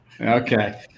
Okay